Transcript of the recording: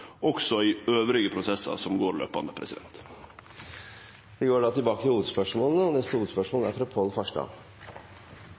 også i prosessar elles som går jamleg. Vi går til neste hovedspørsmål. Spørsmålet går til